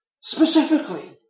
specifically